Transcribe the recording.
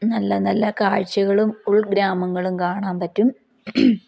നല്ല നല്ല കാഴ്ചകളും ഉൾഗ്രാമങ്ങളും കാണാൻ പറ്റും